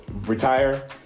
retire